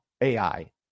AI